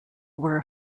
were